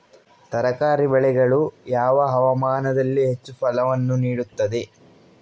ತರಕಾರಿ ಬೆಳೆಗಳು ಯಾವ ಹವಾಮಾನದಲ್ಲಿ ಹೆಚ್ಚು ಫಸಲನ್ನು ನೀಡುತ್ತವೆ?